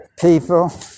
people